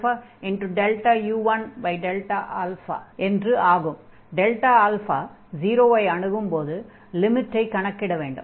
இப்போது α 0 ஐ அணுகும்போது லிமிட்டை கணக்கிட வேண்டும்